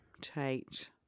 Tate